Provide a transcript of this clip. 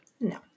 No